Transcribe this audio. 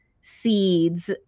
seeds